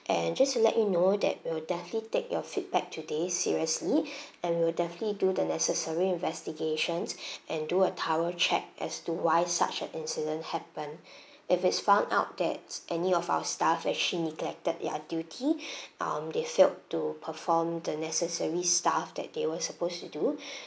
and just to let you know that we'll definitely take your feedback today seriously and we'll definitely do the necessary investigation and do a thorough check as to why such an incident happened if it's found out that any of our staff actually neglected their duty um they failed to perform the necessary stuff that they were supposed to do